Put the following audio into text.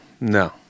no